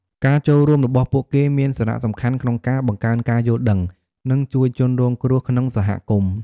ការចូលរួមរបស់ពួកគេមានសារៈសំខាន់ក្នុងការបង្កើនការយល់ដឹង និងជួយជនរងគ្រោះក្នុងសហគមន៍។